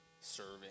serving